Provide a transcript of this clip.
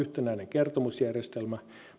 kertomusjärjestelmä